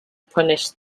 punished